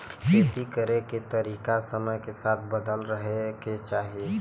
खेती करे के तरीका समय के साथे बदलत रहे के चाही